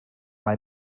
mae